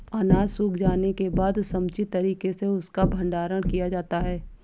अनाज सूख जाने के बाद समुचित तरीके से उसका भंडारण किया जाता है